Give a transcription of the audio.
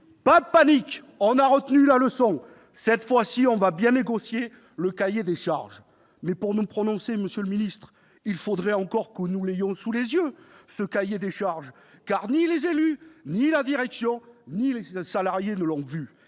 Pas de panique, on a retenu la leçon. Cette fois-ci, on va bien négocier le cahier des charges. » Mais pour nous prononcer, monsieur le ministre, il faudrait encore que nous l'ayons sous les yeux, ce cahier des charges ! Exactement ! Ni les élus ni la direction ni les salariés ne l'ont vu,